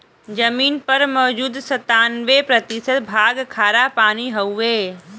जमीन पर मौजूद सत्तानबे प्रतिशत भाग खारापानी हउवे